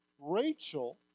Rachel